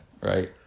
Right